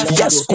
yes